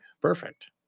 Perfect